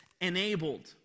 enabled